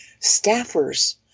staffers